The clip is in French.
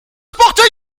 sporting